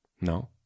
No